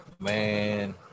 Man